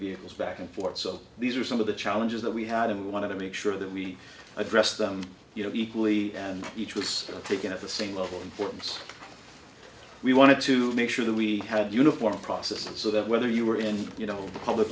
vehicles back and forth so these are some of the challenges that we had and we want to make sure that we address them you know equally and each was taken at the same level informs we wanted to make sure that we had a uniform process so that whether you were in you know the public